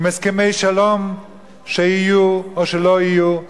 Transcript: עם הסכמי שלום שיהיו או שלא יהיו.